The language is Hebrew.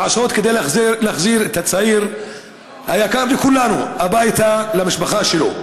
לעשות כדי להחזיר את הצעיר היקר לכולנו הביתה למשפחה שלו?